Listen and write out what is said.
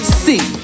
see